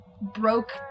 broke